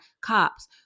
cops